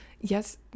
yes